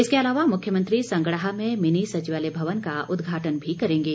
इसके अलावा मुख्यमंत्री संगड़ाह में मिनी सचिवालय भवन का उदघाटन भी करेंगे